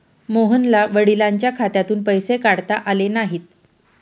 मोहनला वडिलांच्या खात्यातून पैसे काढता आले नाहीत